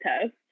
test